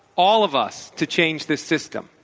all of us, to change the system.